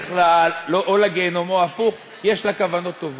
שהדרך או לגיהינום או הפוך, יש בה כוונות טובות.